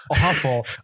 awful